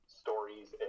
stories